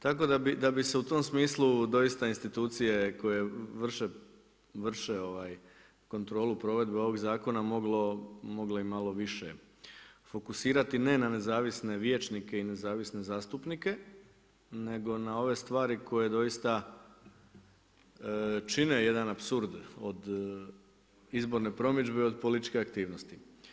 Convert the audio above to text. Tako da bi se u tom smislu doista institucije koje vrše kontrolu provedbu ovog zakona mogle i malo više fokusirati ne na nezavisne vijećnike i nezavisne zastupnike nego na ove stvari koje doista čine jedan apsurd od izborne promidžbe od političke aktivnosti.